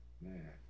man